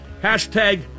hashtag